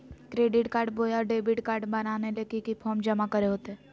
Credit card बोया debit card बनाने ले की की फॉर्म जमा करे होते?